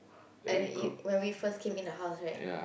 and in when we first came in the house right